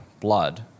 blood